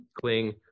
cling